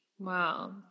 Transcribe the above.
Wow